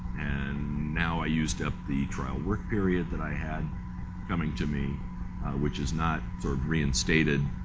and now i used up the trial work period that i had coming to me which is not sort of reinstated,